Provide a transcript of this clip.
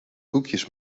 koekjes